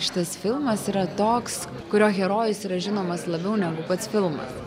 šitas filmas yra toks kurio herojus yra žinomas labiau negu pats filmas